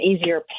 easier